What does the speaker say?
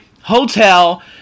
hotel